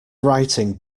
writing